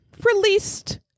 released